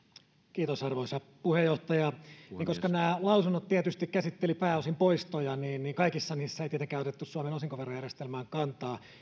kiitos arvoisa puheenjohtaja niin koska nämä lausunnot tietysti käsittelivät pääosin poistoja kaikissa niissä ei tietenkään otettu suomen osinkoverojärjestelmään kantaa